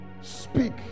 Speak